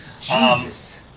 Jesus